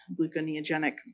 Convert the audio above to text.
gluconeogenic